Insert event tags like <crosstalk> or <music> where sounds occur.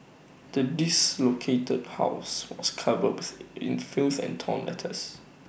the diss located house was covered <unintelligible> in filth and torn letters